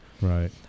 right